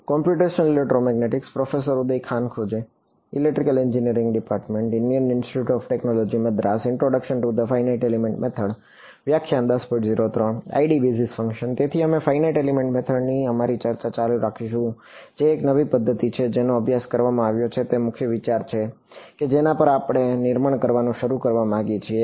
તેથી અમે finite element method ની અમારી ચર્ચા ચાલુ રાખીશું જે એક નવી પદ્ધતિ છે જેનો અભ્યાસ કરવામાં આવ્યો છે અને મુખ્ય વિચાર કે જેના પર આપણે નિર્માણ કરવાનું શરૂ કરવા માંગીએ છીએ